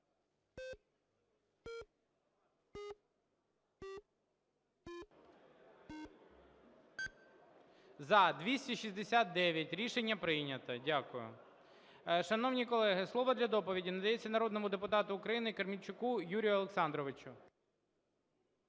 За – 269 Рішення прийнято. Дякую. Шановні колеги, слово для доповіді надається народному депутату України Камельчуку Юрію Олександровичу.